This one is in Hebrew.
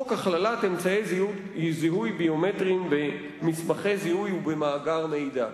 חוק הכללת אמצעי זיהוי ביומטריים במסמכי זיהוי ובמאגר מידע.